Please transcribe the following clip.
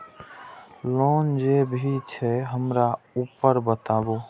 Loan जे भी छे हमरा ऊपर बताबू?